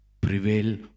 prevail